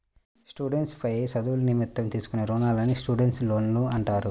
students పై చదువుల నిమిత్తం తీసుకునే రుణాలను స్టూడెంట్స్ లోన్లు అంటారు